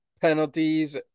penalties